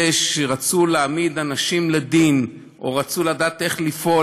שרצו להעמיד אנשים לדין או רצו לדעת איך לפעול,